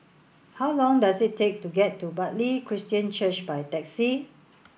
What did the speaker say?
how long does it take to get to Bartley Christian Church by taxi